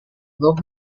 dos